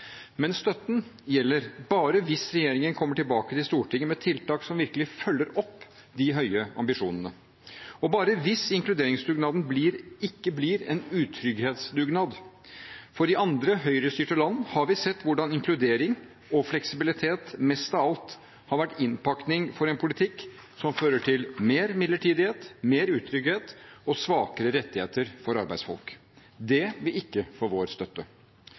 Men støtten gjelder bare hvis regjeringen kommer tilbake til Stortinget med tiltak som virkelig følger opp de høye ambisjonene, og bare hvis inkluderingsdugnaden ikke blir en utrygghetsdugnad. For i andre høyrestyrte land har vi sett hvordan inkludering og fleksibilitet mest av alt har vært innpakning for en politikk som fører til mer midlertidighet, mer utrygghet og svakere rettigheter for arbeidsfolk. Det vil ikke få vår støtte.